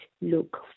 look